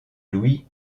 louis